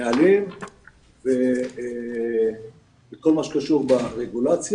הנהלים וכל מה שקשור ברגולציה,